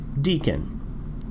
Deacon